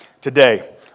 today